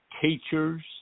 teachers